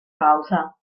pausa